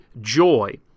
joy